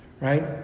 right